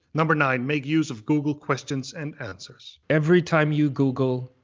number nine, make use of google questions and answers. every time you google,